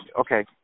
okay